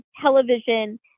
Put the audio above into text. television